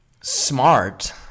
Smart